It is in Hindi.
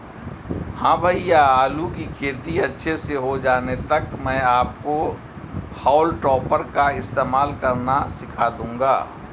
हां भैया आलू की खेती अच्छे से हो जाने तक मैं आपको हाउल टॉपर का इस्तेमाल करना सिखा दूंगा